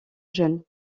jeune